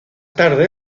tarde